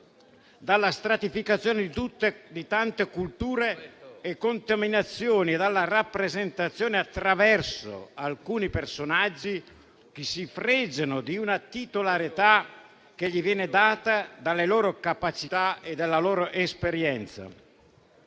dalla stratificazione di tante culture e contaminazioni, dalla rappresentazione attraverso alcuni personaggi che si fregiano di una titolarità che gli viene data dalle loro capacità e dalla loro esperienza.